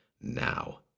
now